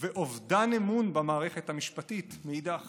גיסא ואובדן אמון במערכת המשפטית מאידך